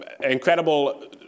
incredible